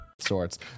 sorts